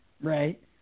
right